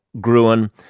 Gruen